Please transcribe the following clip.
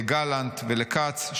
לגלנט ולכץ,